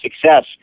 success